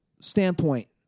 standpoint